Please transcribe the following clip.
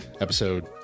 episode